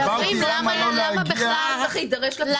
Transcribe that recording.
למה בכלל צריך להידרש --- פעם אחרי פעם?